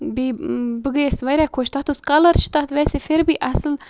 بیٚیہِ بہٕ گٔیَس واریاہ خۄش تَتھ اوس کَلَر چھُ تَتھ پھر بی اَصٕل